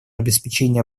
обеспечения